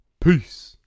peace